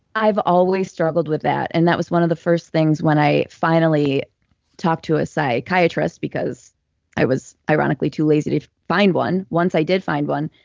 i've always struggled with that, and that was one of the first things when i finally talked to a psychiatrist because i was ironically too lazy to find one. once i did find one,